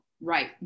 right